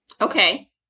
Okay